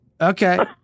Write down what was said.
Okay